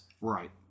Right